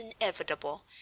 inevitable